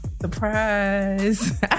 Surprise